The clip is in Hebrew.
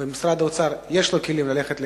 ולמשרד האוצר יש כלים ללכת לקראתן,